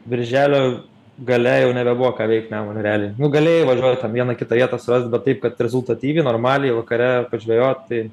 birželio gale jau nebebuvo ką veik nemune realiai nu galėjai važiuot ten vieną kitą vietą surast bet taip kad rezultatyviai normaliai vakare pažvejot tai